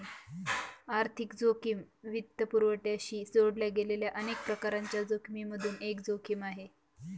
आर्थिक जोखिम वित्तपुरवठ्याशी जोडल्या गेलेल्या अनेक प्रकारांच्या जोखिमिमधून एक जोखिम आहे